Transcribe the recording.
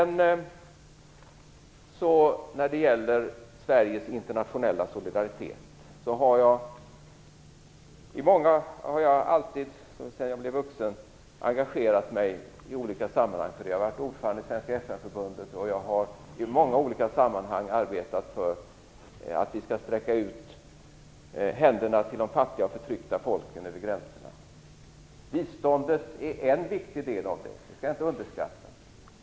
När det sedan gäller Sveriges internationella solidaritet har jag sedan jag blev vuxen alltid engagerat mig i olika sammanhang. Jag har varit ordförande i Svenska FN-förbundet och har i många olika sammanhang arbetat för att vi skall sträcka ut våra händer över gränserna till de fattiga och förtryckta folken. Biståndet är en viktig del som inte skall underskattas.